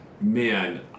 man